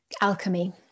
alchemy